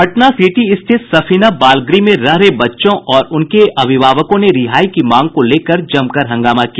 Patna city स्थित सफीनह बाल गृह में रह रहे बच्चों और उनके अभिभावकों ने रिहाई की मांग को लेकर जमकर हंगामा किया